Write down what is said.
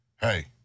hey